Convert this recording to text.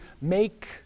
make